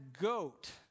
goat